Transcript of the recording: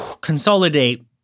consolidate